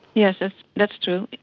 yes, ah that's true.